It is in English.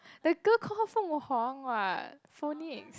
the girl call her Feng-Huang [what] phonics